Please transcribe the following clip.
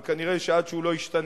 אבל כנראה עד שהוא לא ישתנה,